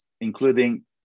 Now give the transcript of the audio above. including